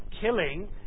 killing